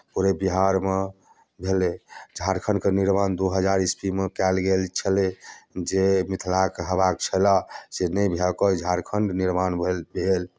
पूरे बिहारमे भेलै झारखंडके निर्माण दू हजार ईस्वीमे कयल गेल छलै जे मिथिलाके हेबाक छलए से नहि भए कऽ झारखंड निर्माण भल भेल